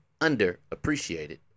underappreciated